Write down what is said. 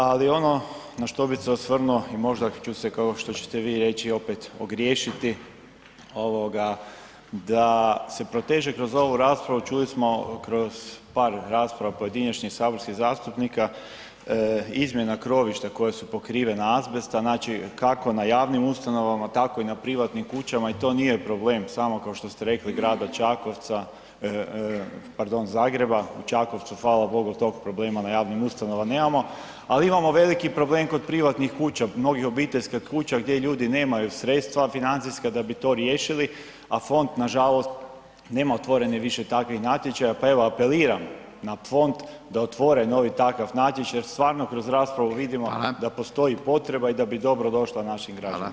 Ali ono na što bi se osvrnuo i možda ću se kao što ćete vi reći opet ogriješiti ovoga da se proteže kroz ovu raspravu čuli smo kroz par rasprava pojedinačnih saborskih zastupnika, izmjena krovišta koja su pokrivena azbesta znači kako na javnim ustanovama tako i na privatnim kućama i to nije problem samo kao što ste rekli grada Čakovca, pardon Zagreba, u Čakovcu hvala bogu tog problema na javnim ustanovama nemamo, ali imamo veliki problem kod privatnih kuća mnogih obiteljskih kuća gdje ljudi nemaju sredstva financijska da bi to riješili, a fond nažalost nema otvorenih više takvih natječaja, pa evo apeliram na fond da otvori novi takav natječaj jer stvarno kroz raspravu vidimo da postoji [[Upadica: Hvala.]] potreba i da bi dobro došla našim građanima.